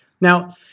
Now